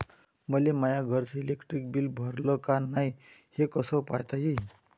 मले माया घरचं इलेक्ट्रिक बिल भरलं का नाय, हे कस पायता येईन?